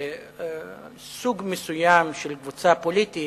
לסוג מסוים של קבוצה פוליטית,